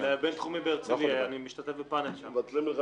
בכנסת ואת יחסי הכוחות בין הקואליציה לאופוזיציה ובתוך הקואליציה